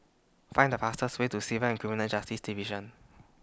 Find The fastest Way to Civil and Criminal Justice Division